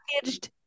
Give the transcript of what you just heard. packaged